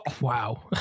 wow